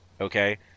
okay